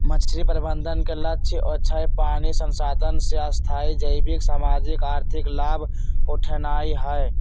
मछरी प्रबंधन के लक्ष्य अक्षय पानी संसाधन से स्थाई जैविक, सामाजिक, आर्थिक लाभ उठेनाइ हइ